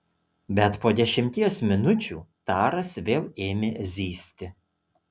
bet po dešimties minučių taras vėl ėmė zyzti